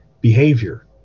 behavior